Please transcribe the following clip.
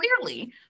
clearly